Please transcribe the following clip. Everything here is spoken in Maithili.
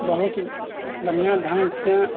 बहुत बढ़िआँ ढङ्ग से